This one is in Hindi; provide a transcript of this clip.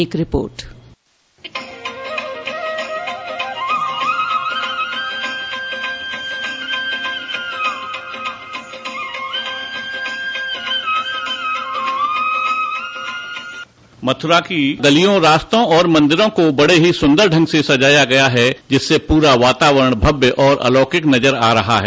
एक रिपोर्ट मथुरा की गलियों रास्तों और मंदिरों को बड़े ही संदर ढंग से सजाया गया है जिससे पूरा वातावरण भव्य और आलौकिक नजर आ रहा है